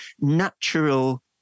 natural